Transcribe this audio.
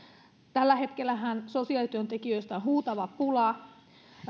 tällä hetkellähän sosiaalityöntekijöistä on huutava pula